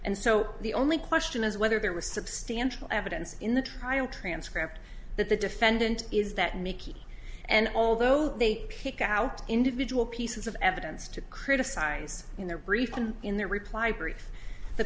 and so the only question is whether there was substantial evidence in the trial transcript that the defendant is that mickey and although they pick out individual pieces of evidence to criticize in their brief and in the